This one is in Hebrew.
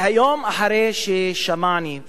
והיום, אחרי ששמעתי